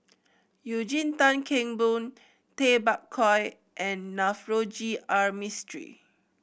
Eugene Tan Kheng Boon Tay Bak Koi and Navroji R Mistri